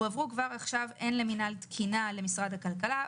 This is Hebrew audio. הועברו כבר עכשיו הן למינהל תקינה למשרד הכלכלה,